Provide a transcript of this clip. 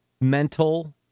mental